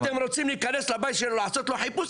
אתם רוצים להיכנס לבית שלו לעשות לו חיפוש?